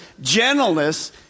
gentleness